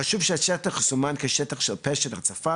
חשוב שהשטר הזה יסומן כשטח של שטף הצפה